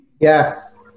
Yes